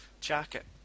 Jacket